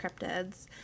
cryptids